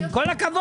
עם כל הכבוד.